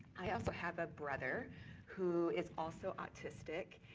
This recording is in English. i also have a brother who is also autistic,